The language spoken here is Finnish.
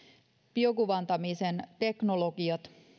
biokuvantamisen teknologiat